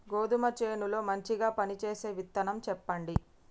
గోధుమ చేను లో మంచిగా పనిచేసే విత్తనం చెప్పండి?